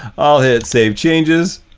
i'll hit save changes.